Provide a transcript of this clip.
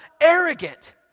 arrogant